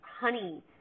honey